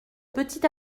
petit